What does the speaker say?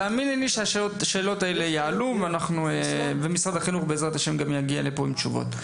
תאמיני לי שהשאלות האלה יעלו ומשרד החינוך גם יגיע לפה עם תשובות.